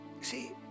See